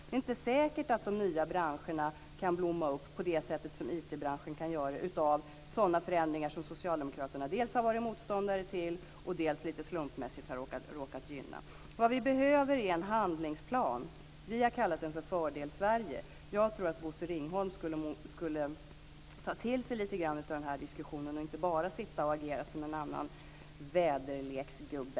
Det är inte säkert att de nya branscherna kan blomma upp på det sätt som IT-branschen kan göra av sådana förändringar som socialdemokraterna dels har varit motståndare till, dels lite slumpmässigt har råkat gynna. Vad som behövs är en handlingsplan. Vi har kallat den Fördel Sverige. Jag tycker att Bosse Ringholm borde ta till sig lite grann av den här diskussionen och inte bara agera som en vädergubbe.